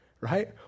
Right